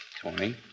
twenty